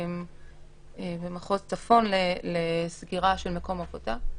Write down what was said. במחוז צפון לסגירה של מקום עבודה.